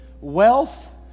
wealth